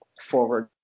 forward